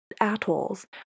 atolls